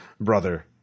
brother